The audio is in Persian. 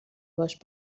باش